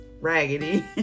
raggedy